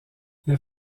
les